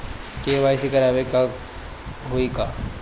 KYC करावे के होई का?